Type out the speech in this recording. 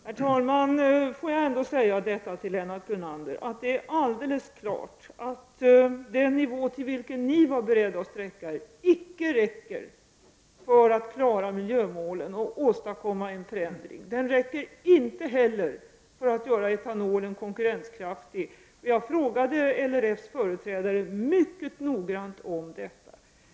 Herr talman! Till Lennart Brunander vill jag säga att det är helt klart att den nivå till vilken ni var beredda att sträcka er icke räcker för att klara miljömålen och åtstadkomma en förändring. Den räcker inte heller för att göra etanolen konkurrenskraftig. Jag frågade LRF:s företrädare mycket noggrant om detta.